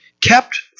kept